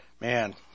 man